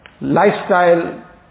lifestyle